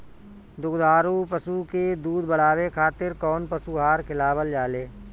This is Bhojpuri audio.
दुग्धारू पशु के दुध बढ़ावे खातिर कौन पशु आहार खिलावल जाले?